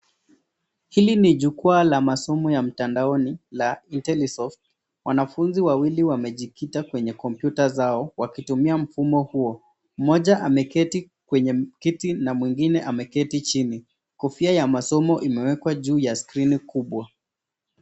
Hili ni jukwaa la masomo ya mtandaoni la Intellisoft . Wanafunzi wawili wamejikita kwenye kompyuta zao, wakitumia mfumo huo. Mmoja ameketi kwenye kiti na mwingine ameketi chini. Kofia ya masomo imewekwa juu ya skrini kubwa.